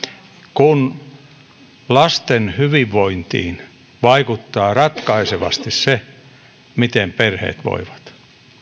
kun lasten hyvinvointiin vaikuttaa ratkaisevasti se miten perheet voivat